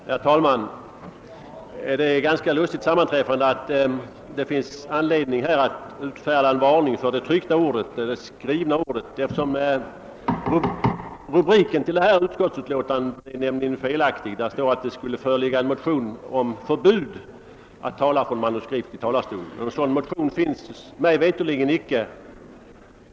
Herr talman! Det är ett lustigt sammanträffande att det här finns anledning att utfärda en varning för det skrivna ordet. Rubriken till detta utlåtande är nämligen felaktig. Där står att det skulle föreligga en motion om förbud mot att tala från manuskript i riksdagen. Någon sådan motion föreligger mig veterligt icke.